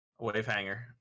Wavehanger